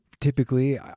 typically